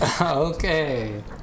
Okay